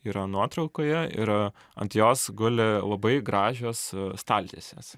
yra nuotraukoje ir ant jos guli labai gražios staltiesės